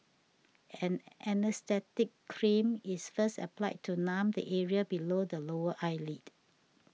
an anaesthetic cream is first applied to numb the area below the lower eyelid